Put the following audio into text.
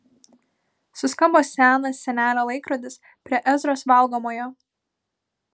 suskambo senas senelio laikrodis prie ezros valgomojo